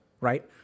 Right